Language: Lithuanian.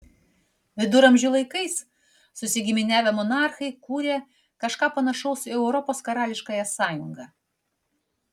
viduramžių laikais susigiminiavę monarchai kūrė kažką panašaus į europos karališkąją sąjungą